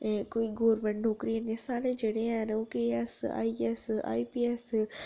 ते कोई गवर्रनमैंट नौकरी बी साढ़े जेह्ड़े हैन ओह् K S I S I P S